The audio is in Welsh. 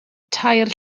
tair